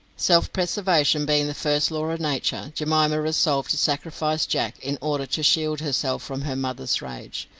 self-preservation being the first law of nature, jemima resolved to sacrifice jack in order to shield herself from her mother's rage.